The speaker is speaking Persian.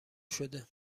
شده